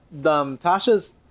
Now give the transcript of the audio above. Tasha's